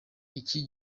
iki